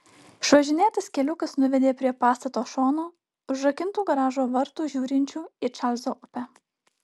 išvažinėtas keliukas nuvedė prie pastato šono užrakintų garažo vartų žiūrinčių į čarlzo upę